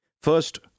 First